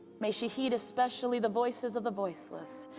may she heed especially the voices of the voiceless,